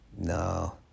no